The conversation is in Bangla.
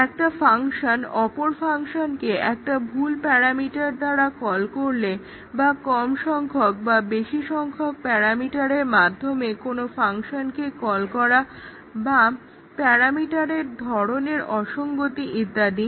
একটা ফাংশন অপর ফাংশনকে একটা ভুল প্যারামিটার দ্বারা কল করলে বা কম সংখ্যক অথবা বেশি সংখ্যক প্যারামিটারের মাধ্যমে কোনো ফাংশনকে কল করা বা প্যারামিটারের ধরনের অসংগতি ইত্যাদি